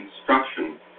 instruction